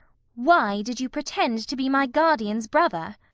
why did you pretend to be my guardian's brother?